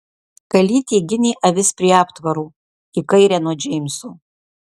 kalytė ginė avis prie aptvaro į kairę nuo džeimso